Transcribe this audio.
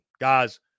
Guys